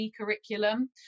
curriculum